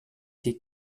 die